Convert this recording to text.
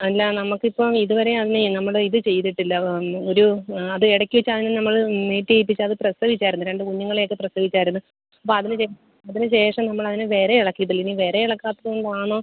അല്ല നമുക്കിപ്പം ഇതുവരെ അതിനെ നമ്മൾ ഇത് ചെയ്തിട്ടില്ല ഒരു അത് ഇടയ്ക്ക് വെച്ച് അതിനെ നമ്മൾ മേറ്റ് ചെയ്യിപ്പിച്ച് അത് പ്രസവിച്ചിരുന്നു രണ്ട് കുഞ്ഞുങ്ങളെ ഒക്കെ പ്രസവിച്ചിരുന്നു അപ്പം അതിന് ശേ അതിന് ശേഷം നമ്മൾ അതിന് വിര ഇളക്കിയിട്ടില്ല ഇനി വിര എളക്കാത്തത് കൊണ്ടാണോ